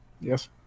yes